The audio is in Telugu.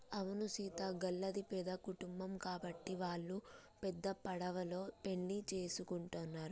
అవును సీత గళ్ళది పెద్ద కుటుంబం గాబట్టి వాల్లు పెద్ద పడవలో పెండ్లి సేసుకుంటున్నరు